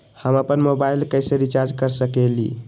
हम अपन मोबाइल कैसे रिचार्ज कर सकेली?